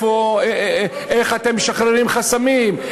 איך אתם משחררים חסמים?